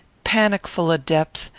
panicful a depth,